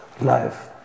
life